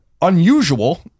unusual